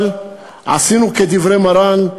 אבל עשינו כדברי מרן,